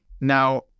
Now